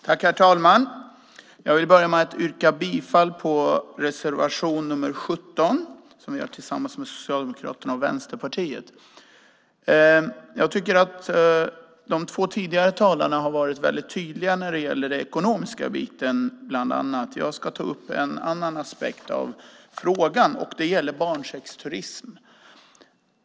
Herr talman! Jag ska börja med att yrka bifall till reservation 17 som vi har tillsammans med Socialdemokraterna och Vänsterpartiet. Jag tycker att de två tidigare talarna har varit väldigt tydliga när det gäller bland annat den ekonomiska biten. Jag ska ta upp en annan aspekt av frågan, och det gäller barnsexturism.